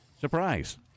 Surprise